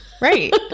Right